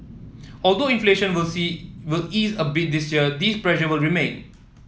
although inflation will say will ease a bit this year these pressure will remain